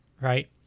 right